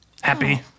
Happy